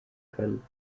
können